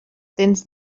tens